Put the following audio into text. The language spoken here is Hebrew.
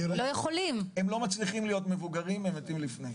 הם לא מצליחים להיות מבוגרים לפני.